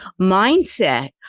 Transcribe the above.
mindset